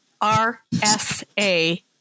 R-S-A